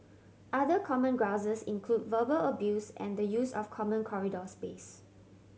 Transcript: other common grouses include verbal abuse and the use of common corridor space